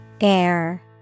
Air